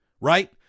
right